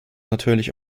natürlich